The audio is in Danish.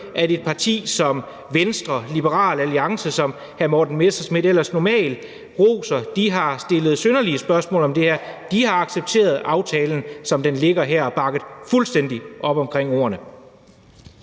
at et parti som Venstre, Liberal Alliance, som hr. Morten Messerschmidt ellers normalt roser, har stillet synderligt med spørgsmål om det her. De har accepteret aftalen, som den ligger her, og bakket fuldstændig op omkring ordene.